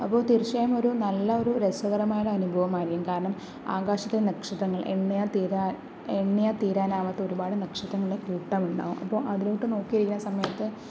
അപ്പോൾ തീർച്ചയായും ഒരു നല്ല ഒരു രസകരമായ ഒരു അനുഭവമായിരിക്കും കാരണം ആകാശത്തെ നക്ഷത്രങ്ങൾ എണ്ണിയാൽ തീരാ എണ്ണിയാൽ തീരാനാവാത്ത ഒരുപാട് നക്ഷത്രങ്ങളുടെ കൂട്ടമുണ്ടാകും അപ്പോൾ അതിലോട്ട് നോക്കിയിരിക്കണ സമയത്ത്